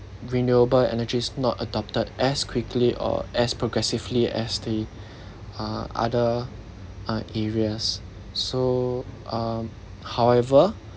renewable energy is not adopted as quickly or as progressively as the uh other uh areas so um however